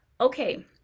Okay